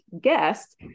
guest